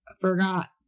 forgot